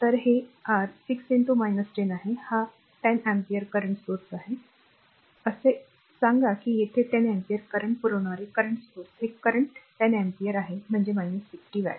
तर हे r 6 10 आहे हा 10 अँपिअरचा current स्त्रोत आहे असे सांगा की येथे 10 अँपिअर करंट पुरवणारे current स्त्रोत हे current 10 अँपिअर आहे म्हणजे 60 वॅट